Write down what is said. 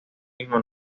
mismo